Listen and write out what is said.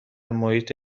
محیط